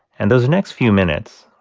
and those next few minutes,